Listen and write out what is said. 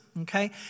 okay